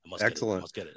Excellent